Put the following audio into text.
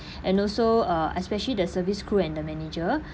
and also uh especially the service crew and the manager